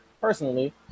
personally